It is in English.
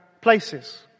places